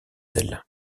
ailes